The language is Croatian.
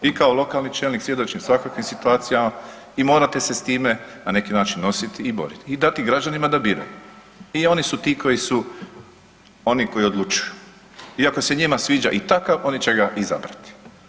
I kao lokalni čelnik svjedočim svakakvim situacijama i morate se s time na neki način nositi i boriti i dati građanima da biraju i oni su ti koji odlučuju i ako se njima sviđa i takav oni će ga izabrati.